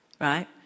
right